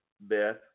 Beth